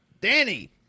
Danny